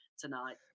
tonight